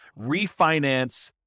refinance